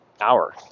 hour